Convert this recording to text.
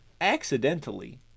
accidentally